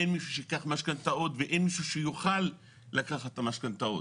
אין מישהו שייקח משכנתאות ואין מישהו שיוכל לתת משכנתאות'.